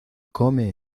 come